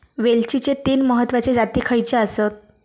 वेलचीचे तीन महत्वाचे जाती खयचे आसत?